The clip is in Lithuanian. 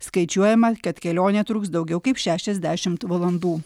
skaičiuojama kad kelionė truks daugiau kaip šešiasdešimt valandų